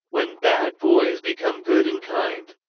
when bad boys become good and kind,